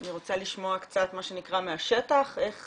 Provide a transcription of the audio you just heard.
אני רוצה לשמוע מהשטח איך